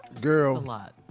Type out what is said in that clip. Girl